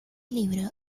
libro